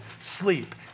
sleep